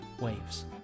waves